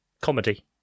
comedy